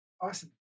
Awesome